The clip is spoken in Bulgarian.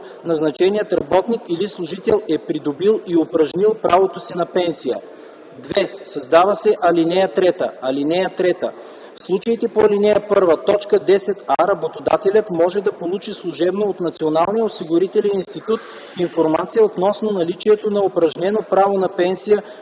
назначеният работник или служител е придобил и упражнил правото си на пенсия”. 2. Създава се ал. 3: „(3) В случаите по ал. 1, т. 10а работодателят може да получи служебно от Националния осигурителен институт информация относно наличието на упражнено право на пенсия